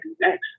next